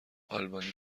آلبانی